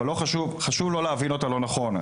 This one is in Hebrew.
אבל חשוב לא להבין אותה לא נכון.